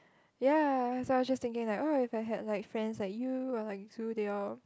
ya so I just thinking like oh if I had like friends like you or like Zu they all